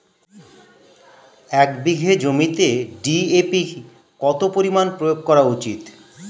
এক বিঘে জমিতে ডি.এ.পি কত পরিমাণ প্রয়োগ করা উচিৎ?